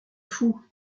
fou